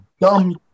dumb